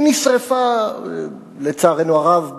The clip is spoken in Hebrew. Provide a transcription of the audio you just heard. היא נשרפה, לצערנו הרב,